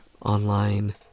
online